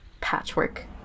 patchwork